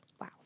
Wow